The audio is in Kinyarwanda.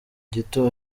gito